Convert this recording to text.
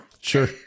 Sure